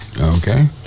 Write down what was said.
Okay